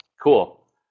Cool